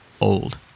old